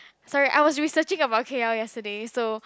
sorry I was researching about k_l yesterday so